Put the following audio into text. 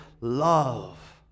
love